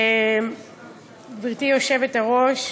גברתי היושבת-ראש,